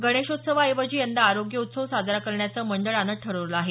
गणेशोत्सवा ऐवजी यंदा आरोग्य उत्सव साजरा करण्याचं मंडळानं ठरवलं आहे